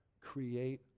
create